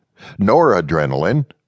noradrenaline